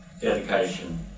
dedication